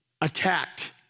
attacked